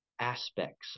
aspects